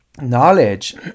knowledge